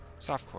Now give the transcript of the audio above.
softcore